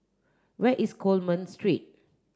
where is Coleman Street